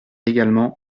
également